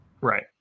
right